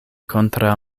kontraŭ